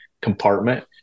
compartment